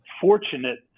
fortunate